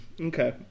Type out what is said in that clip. Okay